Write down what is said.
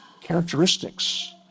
characteristics